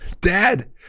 dad